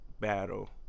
battle